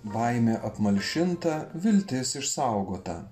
baimė apmalšinta viltis išsaugota